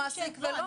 לבטיחות.